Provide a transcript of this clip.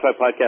Podcast